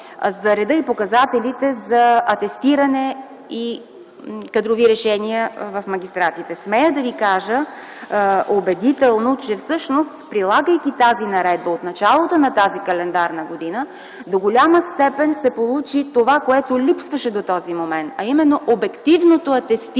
за реда и показателите за атестиране и кадрови решения на магистратите. Смея да ви кажа убедително, че всъщност, прилагайки тази наредба от началото на тази календарна година, до голяма степен се получи това, което липсваше до този момент, а именно обективното атестиране